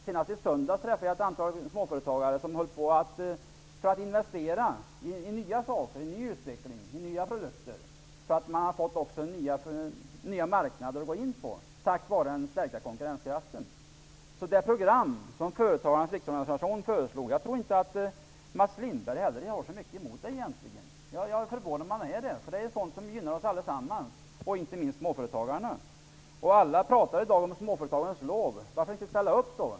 Senast i söndags träffade jag ett antal småföretagare som håller på att investera i ny utveckling och nya produkter. Tack vare den stärkta konkurrenskraften har de fått nya marknader att gå in på. Jag tror inte ens att Mats Lindberg egentligen har så mycket emot det program som Småföretagarnas riksorganisation föreslog. Det förvånar mig om han är det. Programmet innehåller sådant som gynnar oss alla, inte minst småföretagarna. I dag sjunger alla småföretagarnas lov. Varför ställer man inte upp då?